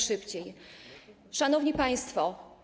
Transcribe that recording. Szanowni Państwo!